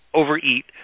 overeat